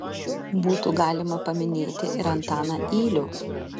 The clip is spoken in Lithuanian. būtų galima paminėti ir antaną ylių